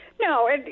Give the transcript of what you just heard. No